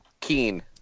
Keen